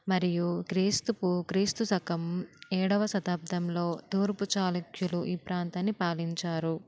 మరియు క్రీస్తు పూ క్రీస్తు శకం ఏడవ శతాబ్దంలో తూర్పు చాళుక్యులు ఈ ప్రాంతాన్ని పాలించారు